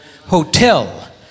Hotel